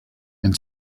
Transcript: and